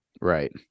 right